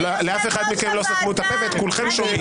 לאף אחד מכם לא סתמו את הפה, ואת כולכם שומעים.